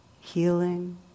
healing